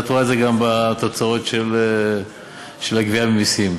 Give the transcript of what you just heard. את רואה את זה גם בתוצאות של הגבייה ממסים.